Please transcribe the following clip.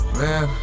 man